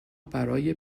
برای